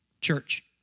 Church